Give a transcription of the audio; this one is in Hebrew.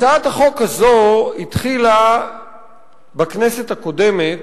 הצעת החוק הזאת התחילה בכנסת הקודמת,